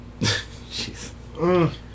Jeez